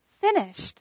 finished